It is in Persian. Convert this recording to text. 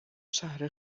شهر